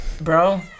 bro